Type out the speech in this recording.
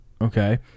okay